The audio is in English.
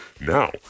now